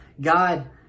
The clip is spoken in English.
God